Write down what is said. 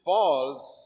Paul's